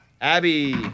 Abby